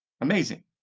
Amazing